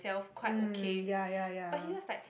mm ya ya ya